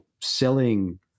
selling